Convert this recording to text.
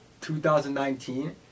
2019